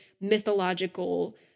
mythological